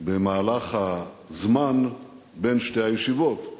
במהלך הזמן שבין שתי הישיבות.